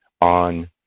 on